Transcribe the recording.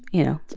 you know,